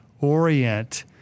orient